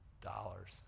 dollars